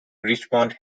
richmond